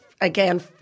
again